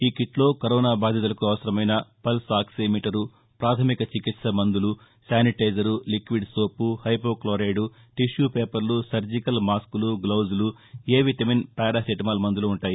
ఈ కిట్లో కరోనా బాధితులకు అవసరమైన పల్స్ ఆక్సీమీటర్ ప్రాథమిక చికిత్స మందులు sanitiser liquid soap hypo chloride tissue పేపర్లు సర్ణికల్ మాస్కులు గ్లౌజులు ఎ విటమిన్ పారాసెటమాల్ మందులు ఉంటాయి